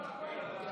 הכול, הכול.